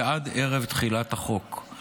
ועד ערב תחילת החוק.